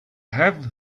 have